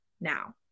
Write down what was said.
now